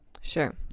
Sure